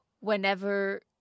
whenever